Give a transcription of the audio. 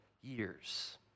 years